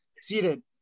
seated